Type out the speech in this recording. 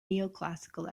neoclassical